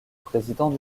président